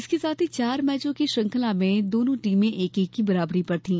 इसके साथ ही चार मैचों की श्रंखला में दोनों टीमें एक एक की बराबरी पर थी